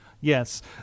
Yes